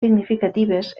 significatives